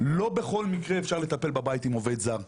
לא בכל מקרה אפשר לטפל בבית עם עובד זר.